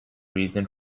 reason